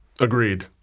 Agreed